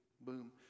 Boom